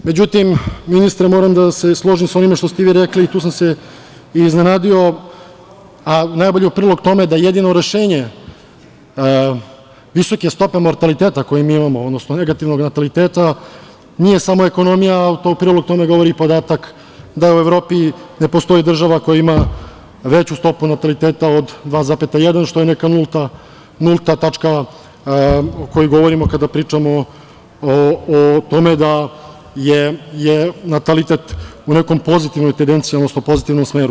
Međutim, ministre, moram da se složim sa onim što ste vi rekli i tu sam se iznenadio, u prilog tome da jedino rešenje visoke stope mortaliteta koju mi imamo, odnosno negativnog nataliteta nije samo ekonomija, a u prilog tome govori i podatak da u Evropi ne postoji država koja ima veću stopu nataliteta od 2,1, što je neka nulta tačka o kojoj govorimo kada pričamo o tome da je natalitet u nekoj pozitivnoj tendenciji, odnosno pozitivnom smeru.